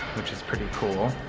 which is pretty cool.